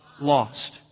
Lost